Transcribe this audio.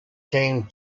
came